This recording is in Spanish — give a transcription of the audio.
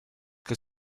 que